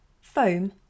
foam